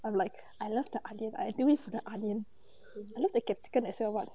I'm like I love the onion I live for the onion I love the capsicum as well [one]